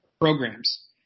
Programs